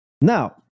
Now